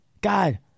God